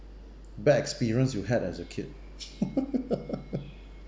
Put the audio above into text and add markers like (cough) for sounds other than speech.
bad experience you had as a kid (noise)